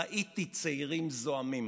ראיתי צעירים זועמים,